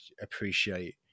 appreciate